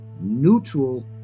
neutral